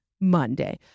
Monday